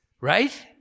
Right